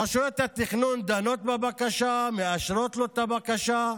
רשויות התכנון דנות בבקשה, מאשרות לו את הבקשה,